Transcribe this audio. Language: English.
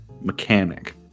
mechanic